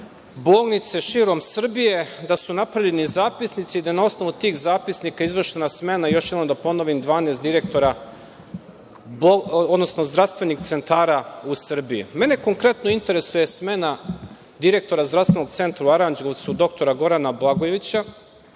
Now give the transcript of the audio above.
bolnice širom Srbije da su napravljeni zapisnici da na osnovu tih zapisnika izvršena smena, još jednom da ponovim 12 direktora, odnosno zdravstvenih centara u Srbiji. Mene konkretno interesuje smena direktora Zdravstvenog centra u Aranđelovcu, doktora Gorana Blagojevića,